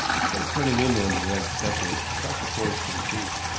instead of turning inland as i expected, to cross the course to the creek,